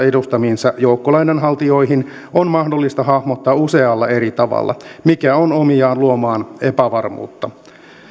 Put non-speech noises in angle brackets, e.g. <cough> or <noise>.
<unintelligible> edustamiinsa joukkolainanhaltijoihin on mahdollista hahmottaa usealla eri tavalla mikä on omiaan luomaan epävarmuutta